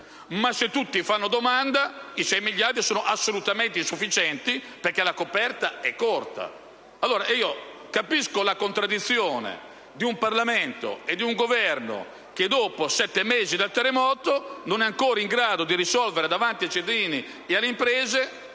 ma se tutti fanno domanda, i sei miliardi sono assolutamente insufficienti, perché la coperta è corta. Capisco la contraddizione di un Parlamento e di un Governo che a sette mesi dal terremoto non sono ancora in grado di rispondere davanti ai cittadini e alle imprese